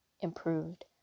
Improved